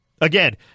Again